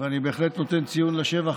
ואני בהחלט נותן ציון לשבח